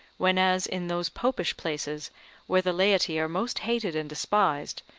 whenas, in those popish places where the laity are most hated and despised,